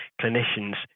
clinicians